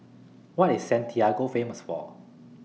What IS Santiago Famous For